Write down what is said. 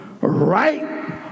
right